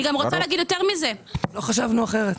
לא חשבנו אחרת.